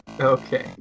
Okay